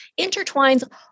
intertwines